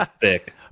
thick